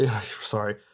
sorry